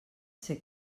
ser